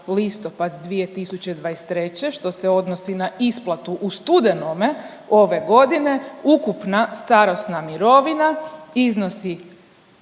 listopad 2023., što se odnosi na isplatu u studenome ove godine, ukupna starosna mirovina iznosi